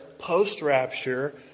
Post-rapture